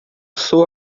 sou